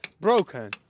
broken